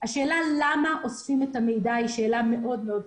השאלה למה אוספים את המידע היא שאלה מאוד חשובה.